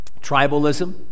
Tribalism